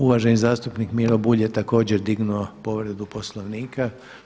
Uvaženi zastupnik Miro Bulj je također digao povredu Poslovnika.